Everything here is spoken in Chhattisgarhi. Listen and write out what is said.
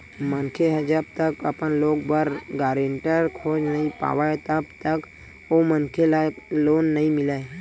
मनखे ह जब तक अपन लोन बर गारेंटर खोज नइ पावय तब तक ओ मनखे ल लोन नइ मिलय